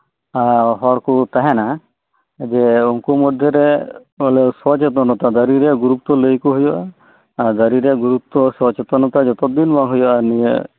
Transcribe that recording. ᱦᱚᱲᱠᱩ ᱛᱟᱦᱮᱱᱟ ᱡᱮ ᱩᱱᱠᱩ ᱢᱚᱫᱷᱮᱨᱮ ᱵᱚᱞᱮ ᱥᱚᱪᱮᱛᱚᱱᱚᱛᱟ ᱫᱟᱨᱤᱨᱮᱱ ᱜᱨᱩᱯ ᱠᱩ ᱞᱟᱹᱭᱟᱠᱩ ᱦᱩᱭᱩᱜ ᱟ ᱟᱨᱫᱟᱨᱤᱨᱮᱭᱟᱜ ᱜᱨᱩᱯᱛᱚ ᱥᱚᱪᱮᱛᱚᱱᱚᱛᱟ ᱡᱚᱛᱚᱫᱤᱱ ᱵᱟᱝ ᱦᱩᱭᱩᱜ ᱟ ᱱᱤᱭᱟᱹ